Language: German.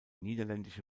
niederländische